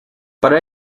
para